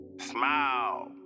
Smile